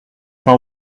fin